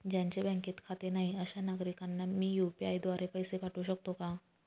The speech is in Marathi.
ज्यांचे बँकेत खाते नाही अशा नागरीकांना मी यू.पी.आय द्वारे पैसे पाठवू शकतो का?